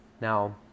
now